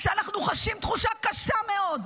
שאנחנו חשים תחושה קשה מאוד,